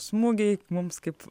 smūgiai mums kaip